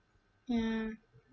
ya